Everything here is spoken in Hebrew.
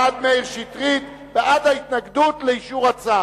בעד מאיר שטרית, בעד ההתנגדות לאישור הצו.